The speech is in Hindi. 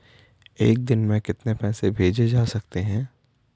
एक दिन में कितने पैसे भेजे जा सकते हैं?